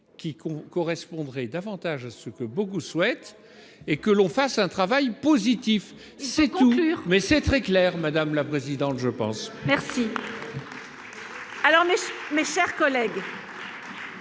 con correspondrait davantage à ce que beaucoup souhaitent et que l'on fasse un travail positif ces coupures, mais c'est très clair, madame la présidente, je pense, merci. Avant de donner